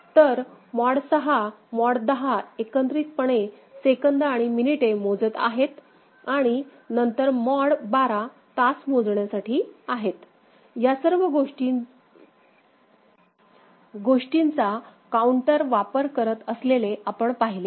तर mod 6 mod 10 एकत्रितपणे सेकंद आणि मिनिटे मोजत आहेत आणि नंतर मॉड 12 तास मोजण्यासाठी आहेत या सर्व गोष्टीचा काउंटर वापर करत असलेले आपण पाहिले आहे